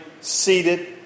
seated